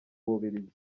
bubiligi